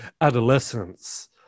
adolescence